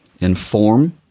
Inform